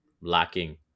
lacking